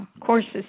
courses